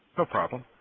no problem.